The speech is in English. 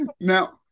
Now